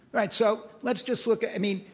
right. so, let's just look i mean,